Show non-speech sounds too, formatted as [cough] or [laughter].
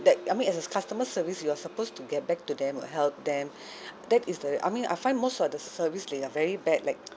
that I mean as a customer service you are supposed to get back to them uh help them [breath] that is the I mean I find most of the service they are very bad like [noise]